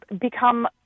become